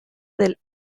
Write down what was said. del